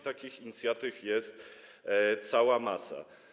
Takich inicjatyw jest cała masa.